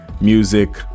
Music